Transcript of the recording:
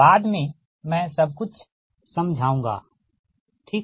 बाद में मैं सब कुछ समझाऊंगा ठीक